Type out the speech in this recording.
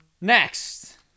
Next